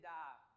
die